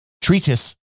treatise